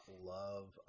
love